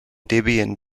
debian